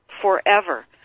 forever